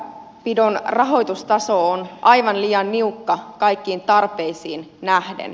väylänpidon rahoitustaso on aivan liian niukka kaikkiin tarpeisiin nähden